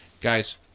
guys